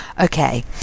okay